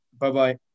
Bye-bye